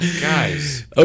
guys